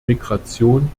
migration